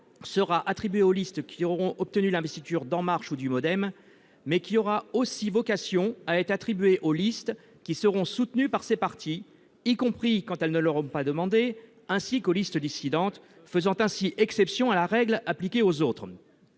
sera attribuée aux listes qui auraient obtenu l'investiture d'En Marche ou du Modem, mais qui aura aussi vocation à être attribuée aux listes qui seront soutenues par ces partis », y compris quand elles ne l'auraient pas demandé, ainsi qu'aux listes dissidentes, faisant ainsi exception à la règle appliquée aux autres.